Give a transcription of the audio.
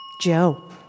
Joe